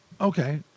Okay